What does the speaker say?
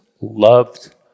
loved